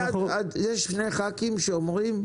יש שני חברי כנסת שאומרים: